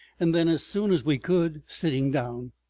and then, as soon as we could, sitting down.